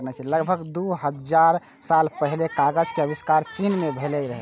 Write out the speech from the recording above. लगभग दू हजार साल पहिने कागज के आविष्कार चीन मे भेल रहै